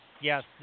yes